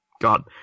God